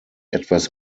etwas